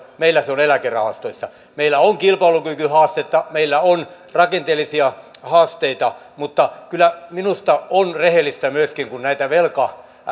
meillä se on eläkerahastoissa meillä on kilpailukykyhaastetta meillä on rakenteellisia haasteita mutta kyllä minusta on rehellistä myöskin kun näitä velka